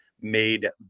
made